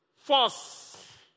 Force